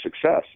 success